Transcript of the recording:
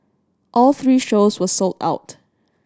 all three shows were sold out